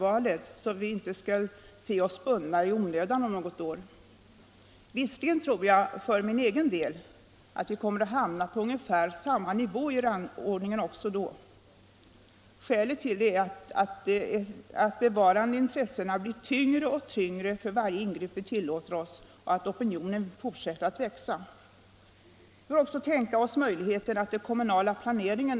Det är säkerligen ingen i utskottet som har några erinringar att göra mot detta; det är alldeles förträffliga åtgärder i och för sig. Däremot är det inte klart hur man skall lägga upp normerna och om vi här i kammaren skall binda oss vid detaljkonstruktioner.